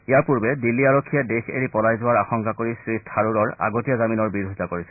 ইয়াৰ পূৰ্বে দিল্লী আৰক্ষীয়ে দেশ এৰি পলাই যোৱাৰ আশংকা কৰি শ্ৰীথাৰুৰৰ আগতীয়া জামিনৰ বিৰোধীতা কৰিছিল